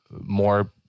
more